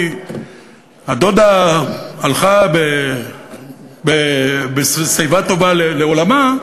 כי הדודה הלכה בשיבה טובה לעולמה,